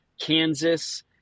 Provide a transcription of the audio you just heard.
Kansas